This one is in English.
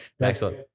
Excellent